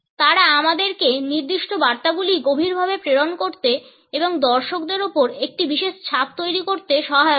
তারা আমাদেরকে নির্দিষ্ট বার্তাগুলি গভীরভাবে প্রেরণ করতে এবং দর্শকের উপর একটি বিশেষ ছাপ তৈরি করতে সহায়তা করে